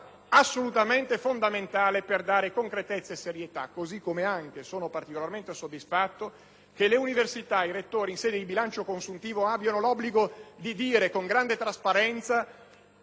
iniziativa fondamentale per dare concretezza e serietà. Sono inoltre particolarmente soddisfatto che le università ed i rettori, in sede di bilancio consuntivo, abbiano l'obbligo di dire con grande trasparenza